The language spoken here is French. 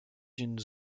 d’une